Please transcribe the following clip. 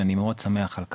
ואני מאוד שמח על כך.